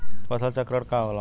फसल चक्रण का होला?